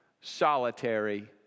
solitary